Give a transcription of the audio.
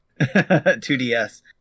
2DS